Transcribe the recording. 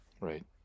Right